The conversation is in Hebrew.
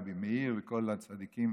רבי מאיר וכל הצדיקים,